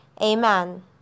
amen